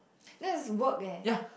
that is work leh